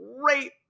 great